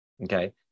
Okay